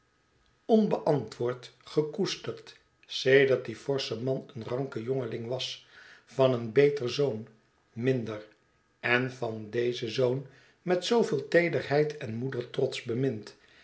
onbeantwoord gekoesterd sedert die forsche man eën ranke jongeling was van een beter zoon minder en van dezen zoon met zooveel teederheid en moedertrots bemind